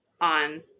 on